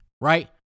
right